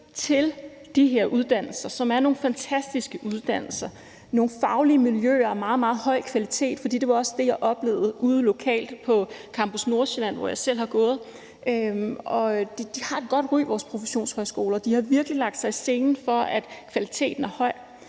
til de her uddannelser, som er nogle fantastiske uddannelser, hvor der er nogle faglige miljøer af meget, meget høj kvalitet. Det var også det, jeg oplevede lokalt ude på Campus Nordsjælland, hvor jeg selv har gået. Vores professionshøjskoler har et godt ry. De har virkelig lagt sig i selen for, at kvaliteten skal